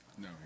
No